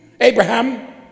Abraham